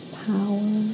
power